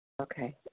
Okay